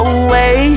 away